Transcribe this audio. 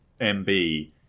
MB